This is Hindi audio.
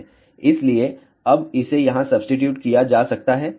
इसलिए अब इसे यहां सब्सीटीट्यूट किया जा सकता है